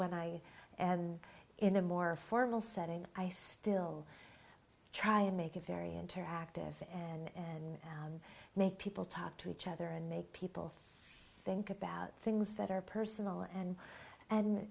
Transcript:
when i am in a more formal setting i still try and make it very interactive and make people talk to each other and make people think about things that are personal and and